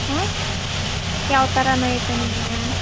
ಹಾಂ ಯಾವ ಥರ ನೋಯುತ್ತೆ ನಿಮಗೆ